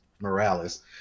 Morales